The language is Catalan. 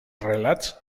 relats